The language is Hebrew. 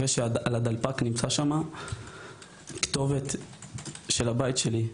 זה אחרי שעל הדלפק רשומה הכתובת של הבית שלי.